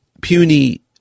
puny